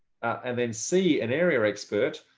and then see an area expert.